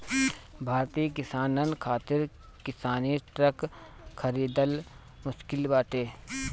भारतीय किसानन खातिर किसानी ट्रक खरिदल मुश्किल बाटे